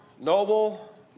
noble